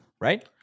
Right